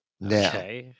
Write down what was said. Now